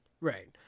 Right